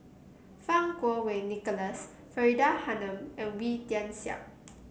Fang Kuo Wei Nicholas Faridah Hanum and Wee Tian Siak